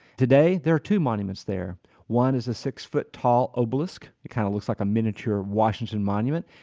today, there two monuments there one is the six foot tall obelisk, kind of looks like miniature washington monument,